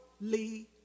Lee